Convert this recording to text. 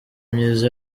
myiza